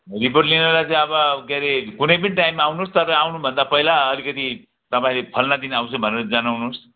report लिनलाई चाहिँ अब के रे कुनै पनि टाइममा आउनुहोस् तर आउनुभन्दा पहिला अलिकति तपाईँ फलाना दिन आउँछु भनेर जनाउनुहोस्